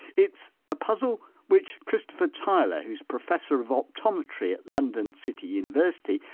it's a puzzle which christopher tyler, who's professor of optometry at london city university,